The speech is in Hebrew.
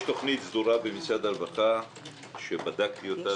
יש תכנית סדורה במשרד הרווחה שבדקתי אותה